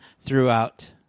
throughout